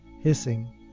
hissing